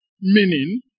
meaning